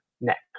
next